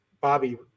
Bobby